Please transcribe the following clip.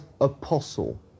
apostle